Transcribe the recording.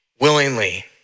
willingly